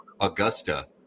augusta